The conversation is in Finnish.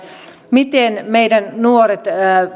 miten meidän